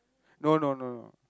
no no no